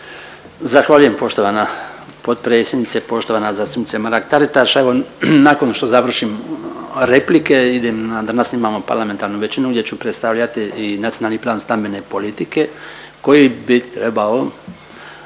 Zahvaljujem poštovana potpredsjednice. Poštovana zastupnice Mrak-Taritaš, evo nakon što završim replike idem, danas imamo parlamentarnu većinu gdje ću predstavljati i Nacionalni plan stambene politike koji bi trebao